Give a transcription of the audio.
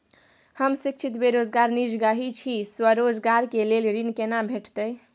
हम शिक्षित बेरोजगार निजगही छी, स्वरोजगार के लेल ऋण केना भेटतै?